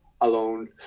alone